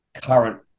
current